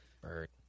Bert